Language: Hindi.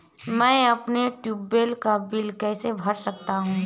मैं अपने ट्यूबवेल का बिल कैसे भर सकता हूँ?